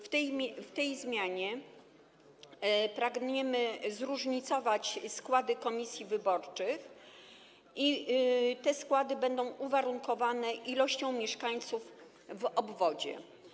W tej zmianie pragniemy zróżnicować składy komisji wyborczych i te składy będą uwarunkowane ilością mieszkańców w obwodzie.